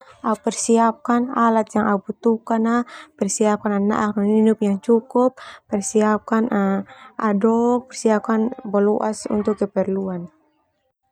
Au persiapkan alat yang au butuhkan, persiapkan nanaak nininuk yang cukup, persiapkan adok, persiapkan boloas untuk keperluan.